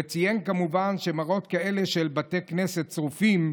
וציין כמובן שמראות כאלה של בתי כנסת שרופים,